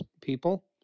people